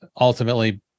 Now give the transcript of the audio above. ultimately